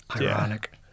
ironic